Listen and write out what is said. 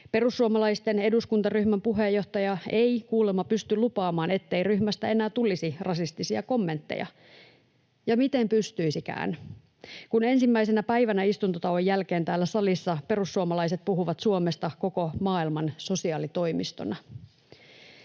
Perussuomalaisten eduskuntaryhmän puheenjohtaja ei kuulemma pysty lupaamaan, ettei ryhmästä enää tulisi rasistisia kommentteja. Ja miten pystyisikään, kun ensimmäisenä päivänä istuntotauon jälkeen täällä salissa perussuomalaiset puhuvat Suomesta koko maailman sosiaalitoimistona?